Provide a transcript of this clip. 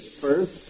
First